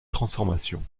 transformation